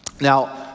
Now